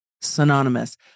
synonymous